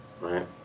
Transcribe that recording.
Right